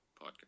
Podcast